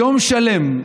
יום שלם,